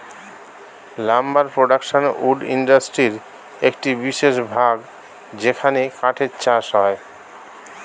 lumber production wood ইন্ডাস্ট্রির একটি বিশেষ ভাগ যেখানে কাঠের চাষ হয়